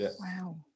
Wow